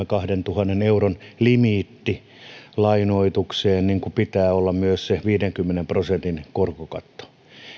kahdentuhannen euron lainoituksen limiitistä pitää olla myös se viidenkymmenen prosentin korkokatto